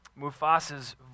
Mufasa's